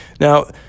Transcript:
Now